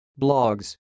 blogs